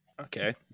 Okay